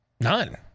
None